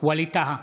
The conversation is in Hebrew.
ווליד טאהא,